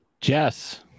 Jess